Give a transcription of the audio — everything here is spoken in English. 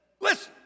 listen